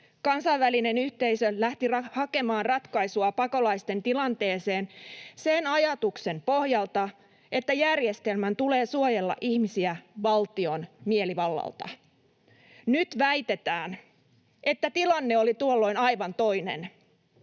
Kansainvälinen yhteisö lähti hakemaan ratkaisua pakolaisten tilanteeseen sen ajatuksen pohjalta, että järjestelmän tulee suojella ihmisiä valtion mielivallalta. Nyt väitetään, että tilanne oli tuolloin aivan toinen.